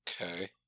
Okay